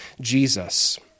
Jesus